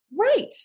Right